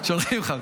שולחים לך.